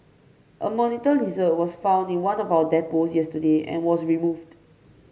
a monitor lizard was found in one of our depots yesterday and was removed